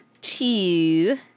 two